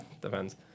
depends